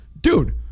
dude